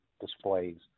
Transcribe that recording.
displays